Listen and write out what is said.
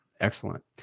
Excellent